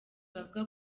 bavuga